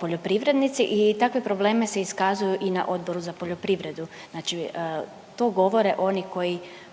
poljoprivrednici i takvi problemi se iskazuju i na Odboru za poljoprivredu. Znači to govore oni koji